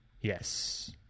Yes